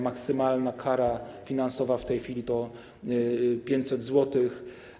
Maksymalna kara finansowa w tej chwili to 500 zł.